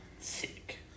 Sick